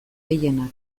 gehienak